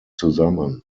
zusammen